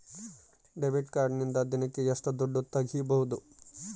Debit ಕಾರ್ಡಿನಿಂದ ದಿನಕ್ಕ ಎಷ್ಟು ದುಡ್ಡು ತಗಿಬಹುದು?